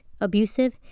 abusive